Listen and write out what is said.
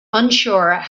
unsure